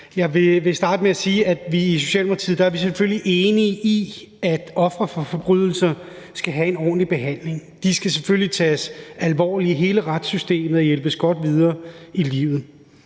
Jeg vil starte med at sige, at vi i Socialdemokratiet selvfølgelig er enige i, at ofre for forbrydelser skal have en ordentlig behandling. De skal selvfølgelig tages alvorligt i hele retssystemet og hjælpes godt videre i livet.